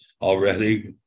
already